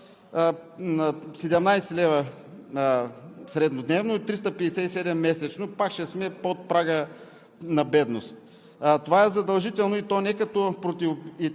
17 лв. среднодневно, и 357 лв. месечно, пак ще сме под прага на бедност. Това е задължително, и то не като